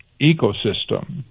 ecosystem